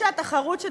אתה מתנגד לתחרות.